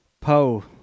Poe